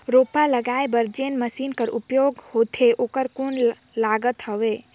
रोपा लगाय बर जोन मशीन कर उपयोग होथे ओकर कौन लागत हवय?